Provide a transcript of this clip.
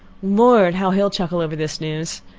lord! how he'll chuckle over this news!